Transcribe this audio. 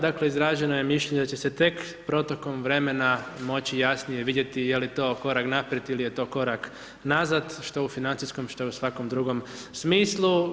Dakle, izraženo je mišljenje da će se tek protokom vremena moći jasnije vidjeti je li to korak naprijed ili je to korak nazad, što u financijskom što u svakom drugom smislu.